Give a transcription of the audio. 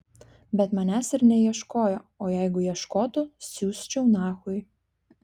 bet manęs ir neieškojo o jeigu ieškotų siųsčiau nachui